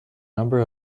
number